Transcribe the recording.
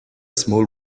small